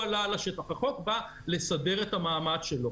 החוק בא לסדר את המעמד שלו,